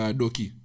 doki